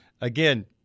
Again